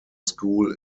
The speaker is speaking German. school